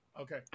Okay